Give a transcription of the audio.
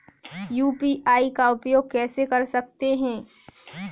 UPI का उपयोग कैसे कर सकते हैं?